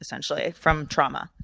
essentially, from trauma.